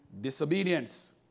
disobedience